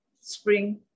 spring